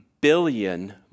billion